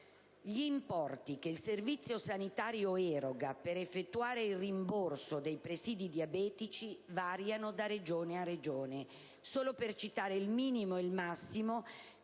Gli importi che il Servizio sanitario eroga per effettuare il rimborso dei presìdi diabetici variano da Regione a Regione: solo per citare il minimo ed il massimo